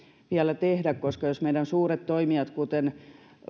vielä tehdä koska jos meidän suuret toimijat kuten